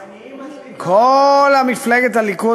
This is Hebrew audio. העניים מצביעים, כל מפלגת הליכוד?